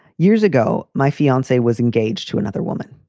years ago, my fiancee was engaged to another woman.